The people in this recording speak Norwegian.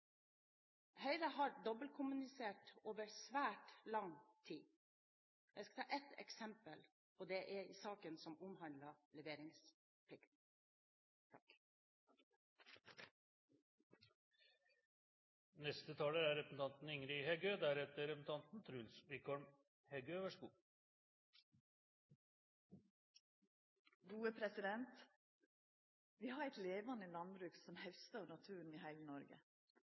Høyre har dobbeltkommunisert over svært lang tid. Jeg skal ta ett eksempel, og det er saken som omhandler leveringsplikten. Vi har eit levande landbruk som haustar av naturen i heile